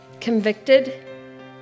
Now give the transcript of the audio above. convicted